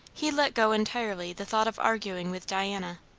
he let go entirely the thought of arguing with diana.